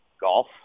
golf